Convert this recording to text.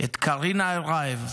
את קרינה ארייב,